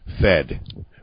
Fed